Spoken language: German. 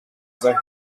sei